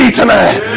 tonight